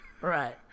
Right